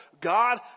God